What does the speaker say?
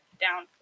down